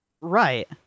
Right